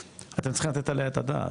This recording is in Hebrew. אתם צריכים לתת עליה את הדעת,